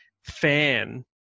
fan